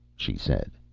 she said.